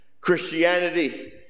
Christianity